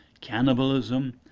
Cannibalism